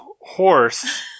horse